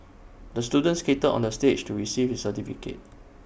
the student skated onto the stage to receive his certificate